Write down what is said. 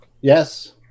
Yes